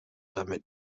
damit